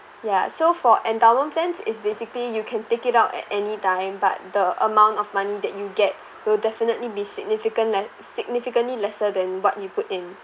ya so for endowment plans is basically you can take it out at anytime but the amount of money that you get will definitely be significant le~ significantly lesser than what you've put in